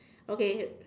okay